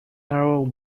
narrow